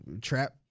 trap